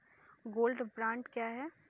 Gold bond क्या है?